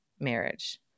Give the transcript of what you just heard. marriage